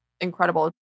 incredible